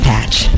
Patch